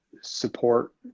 support